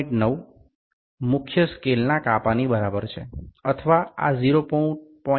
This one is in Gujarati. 9 મુખ્ય સ્કેલ કાપાની બરાબર છે અથવા આ 0